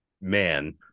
man